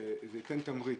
שזה ייתן תמריץ.